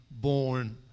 born